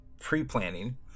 pre-planning